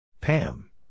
Pam